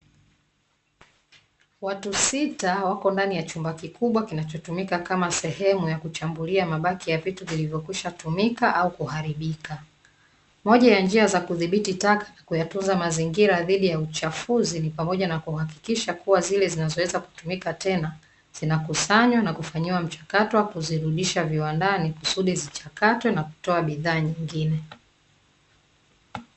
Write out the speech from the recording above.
Watu sita wako ndani ya chumba kikubwa kinachotumika kama sehemu ya kuchambulia mabaki ya vitu vilivyokwisha tumika au kuharibika. Moja ya njia za kudhibiti taka na kuyatunza mazingira dhidi ya uchafuzi, ni pamoja na kuhakikisha kuwa zile zinazoweza kutumika tena zinakusanywa na kufanyiwa mchakato wa kuzirudisha viwandani, kusudi zichakatwe na kutoa bidhaa nyingine.